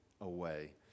away